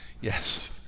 Yes